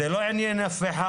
זה לא עניין אף אחד.